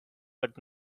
but